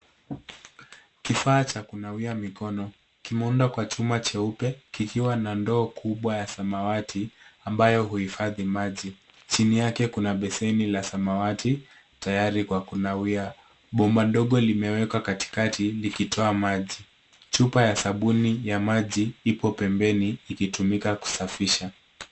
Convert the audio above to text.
Kifaa cha kunawia mikono. Kimeundwa kwa chuma cheupe kikiwa na ndoo kubwa ya samawati ambayo huhifadhi maji. Chini yake kuna beseni la samawati tayari kwa kunawia. Bomba ndogo limewekwa katikati likitoa maji. Chupa ya sabuni ya maji ipo pembeni ikitumika kusafisha.